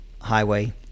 highway